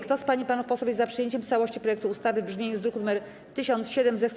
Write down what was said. Kto z pań i panów posłów jest za przyjęciem w całości projektu ustawy w brzmieniu z druku nr 1007, zechce